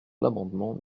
l’amendement